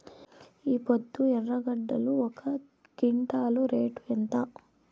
ఈపొద్దు ఎర్రగడ్డలు ఒక క్వింటాలు రేటు ఎంత?